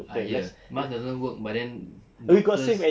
ah ye mask doesn't work but then the first